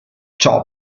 ciò